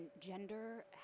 gender